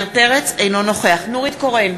אינו נוכח נורית קורן,